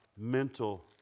mental